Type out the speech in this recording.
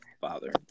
father